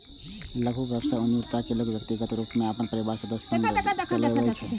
लघु व्यवसाय उद्यमिता कें लोग व्यक्तिगत रूप सं अपन परिवारक सदस्य संग चलबै छै